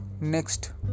Next